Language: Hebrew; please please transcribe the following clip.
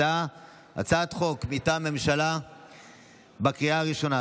הצעת חוק מטעם הממשלה לקריאה הראשונה,